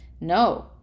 No